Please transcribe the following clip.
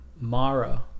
Mara